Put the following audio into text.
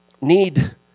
need